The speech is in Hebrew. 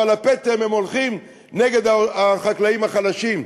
ועל הפטם הם הולכים נגד החקלאים החלשים.